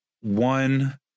one